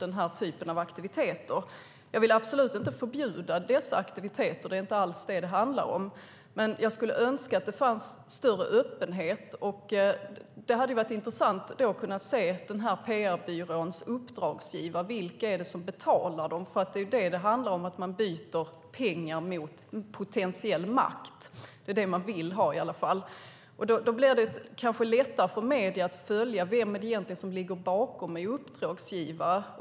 Jag vill absolut inte förbjuda dessa aktiviteter. Det är inte alls det som det handlar om. Men jag skulle önska att det fanns större öppenhet. Det hade varit intressant att kunna se den här PR-byråns uppdragsgivare, vilka det var som betalade dem. Det är ju det som det handlar om: Man byter pengar mot potentiell makt. Det är det man vill ha. Då blir det kanske lättare för medierna att följa vem som egentligen ligger bakom och är uppdragsgivare.